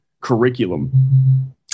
curriculum